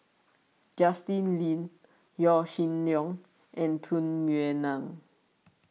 Justin Lean Yaw Shin Leong and Tung Yue Nang